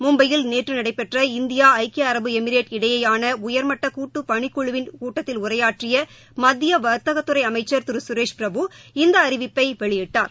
மும்பையில் நேற்று நடைபெற்ற இந்தியா ஐக்கிய அரபு எமிரேட் இடையேயான உயாமட்ட கூட்டு பணிக்குழுவின் கூட்டத்தில் உரையாற்றிய மததிய வாத்தகத்துறை அமைச்சா் திரு கரேஷ் பிரபு இந்த அறிவிப்பை வெளியிட்டார்